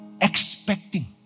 expecting